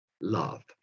love